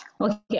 Okay